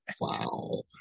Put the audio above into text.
Wow